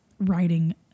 writing